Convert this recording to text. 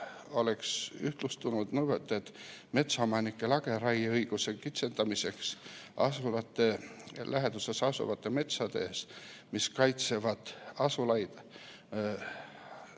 oleks ühtlustunud nõue metsaomanike lageraie õiguse kitsendamiseks asulate läheduses asuvates metsades, mis kaitsevad asulas